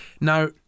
Now